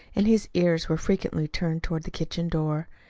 and his ears were frequently turned toward the kitchen door.